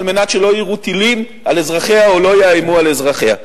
כדי שלא יירו טילים על אזרחיה או לא יאיימו על אזרחיה.